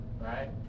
right